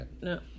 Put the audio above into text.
No